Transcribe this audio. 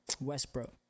westbrook